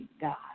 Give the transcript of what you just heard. God